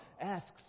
asks